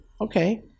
okay